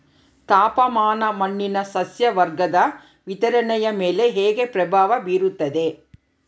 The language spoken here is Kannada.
ತಾಪಮಾನ ಮಣ್ಣಿನ ಸಸ್ಯವರ್ಗದ ವಿತರಣೆಯ ಮೇಲೆ ಹೇಗೆ ಪ್ರಭಾವ ಬೇರುತ್ತದೆ?